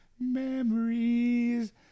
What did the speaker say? memories